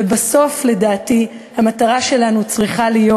ובסוף, לדעתי, המטרה שלנו צריכה להיות: